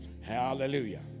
Hallelujah